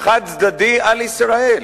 חד-צדדי לישראל.